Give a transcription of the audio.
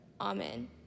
Amen